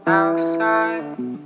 outside